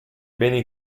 beni